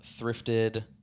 thrifted